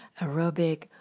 aerobic